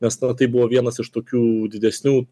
nes na tai buvo vienas iš tokių didesnių